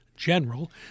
general